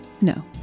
No